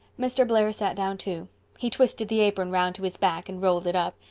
mr. blair sat down too he twisted the apron around to his back and rolled it up,